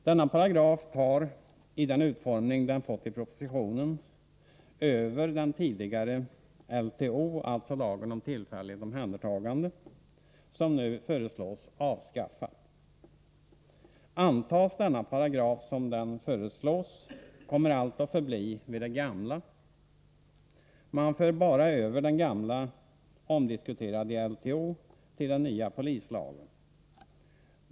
Denna paragraf tar, i den utformning den fått i propositionen, över den tidigare LTO, lagen om tillfälligt omhändertagande, som nu föreslås avskaffad. Antas denna paragraf som den föreslås kommer allt att förbli vid det gamla. Man för bara över den gamla omdiskuterade LTO till den nya polislagen.